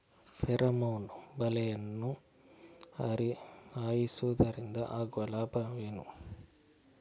Pheromone ಬಲೆಯನ್ನು ಹಾಯಿಸುವುದರಿಂದ ಆಗುವ ಲಾಭವೇನು?